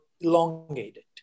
elongated